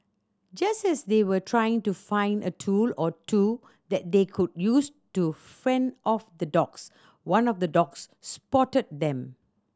just as they were trying to find a tool or two that they could use to fend off the dogs one of the dogs spotted them